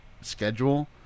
schedule